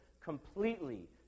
completely